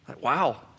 Wow